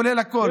כולל הכול.